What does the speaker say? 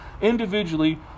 individually